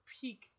peak